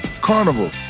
Carnival